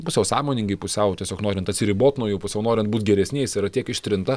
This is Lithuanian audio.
pusiau sąmoningai pusiau tiesiog norint atsiribot nuo jų pusiau norint būti geresniais yra tiek ištrinta